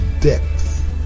depth